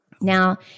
Now